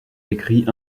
écrit